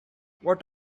what